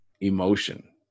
emotion